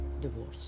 divorce